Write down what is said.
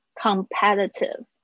competitive